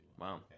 Wow